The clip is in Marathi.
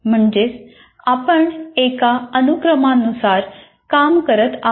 म्हणजेच आपण एका अनुक्रमानुसार काम करत आहोत